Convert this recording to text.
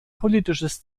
politisches